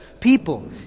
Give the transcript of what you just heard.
people